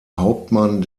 hauptmann